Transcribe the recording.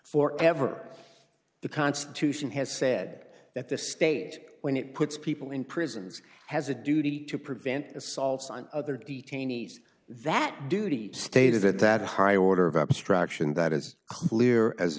for ever the constitution has said that the state when it puts people in prisons has a duty to prevent assaults on other detainees that duty status that that high order of abstraction that as clear as a